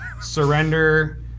surrender